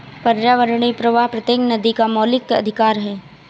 पर्यावरणीय प्रवाह प्रत्येक नदी का मौलिक अधिकार है